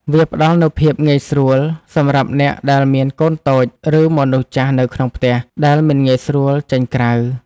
វាផ្ដល់នូវភាពងាយស្រួលសម្រាប់អ្នកដែលមានកូនតូច ឬមនុស្សចាស់នៅក្នុងផ្ទះ ដែលមិនងាយស្រួលចេញក្រៅ។